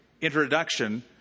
introduction